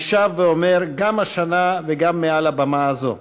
אני שב ואומר גם השנה וגם מעל הבמה הזו: